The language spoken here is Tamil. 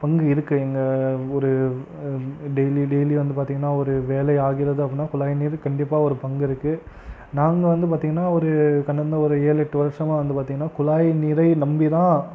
பங்கு இருக்குது எங்கள் ஊர் டெய்லி டெய்லி வந்து பார்த்தீங்கன்னா ஒரு வேலை ஆகிறது அப்படின்னா குழாய் நீர் கண்டிப்பாக ஒரு பங்கு இருக்குது நாங்கள் வந்து பார்த்தீங்கன்னா ஒரு கடந்த ஏழு எட்டு வருஷமாக வந்து பார்த்தீங்கன்னா குழாய் நீரை நம்பி தான்